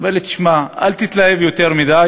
אמר לי: תשמע, אל תתלהב יותר מדי.